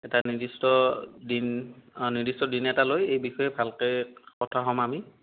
এটা নিৰ্দিষ্ট দিন অ নিৰ্দিষ্ট দিন এটা লৈ এই বিষয়ে ভালকৈ কথা হ'ম আমি